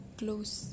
close